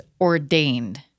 ordained